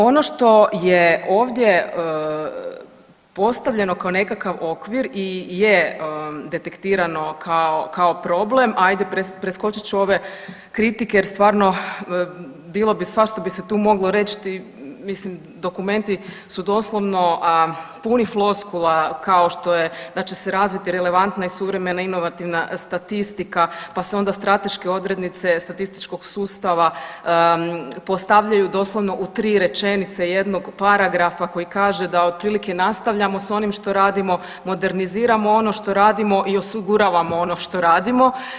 Ono što je ovdje postavljeno kao nekakav okvir i je detektirano kao, kao problem, ajde preskočit ću ove kritike jer stvarno bilo bi, svašta bi se tu moglo reć, mislim dokumenti su doslovno puni floskula kao što je da će se razviti relevantna i suvremena inovativna statistika, pa se onda strateške odrednice statističkog sustava postavljaju doslovno u tri rečenice jednog paragrafa koji kaže da otprilike nastavljamo s onim što radimo, moderniziramo ono što radimo i osiguravamo ono što radimo.